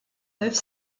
neuf